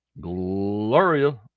Gloria